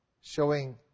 showing